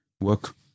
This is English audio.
work